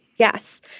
Yes